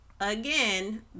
again